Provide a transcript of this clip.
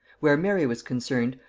where mary was concerned,